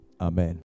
Amen